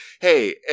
Hey